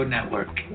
Network